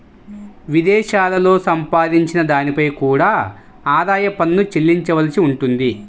విదేశాలలో సంపాదించిన దానిపై కూడా ఆదాయ పన్ను చెల్లించవలసి ఉంటుంది